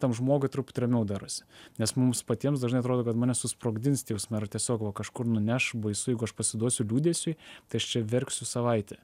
tam žmogui truputį ramiau darosi nes mums patiems dažnai atrodo kad mane susprogdins tie jausmai ar tiesiog va kažkur nuneš baisu jeigu aš pasiduosiu liūdesiui tai aš čia verksiu savaitę